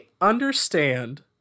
understand